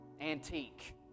Antique